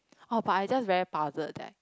oh but I just very puzzled that